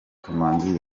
kamanzi